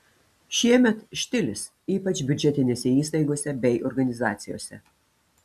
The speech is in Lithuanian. šiemet štilis ypač biudžetinėse įstaigose bei organizacijose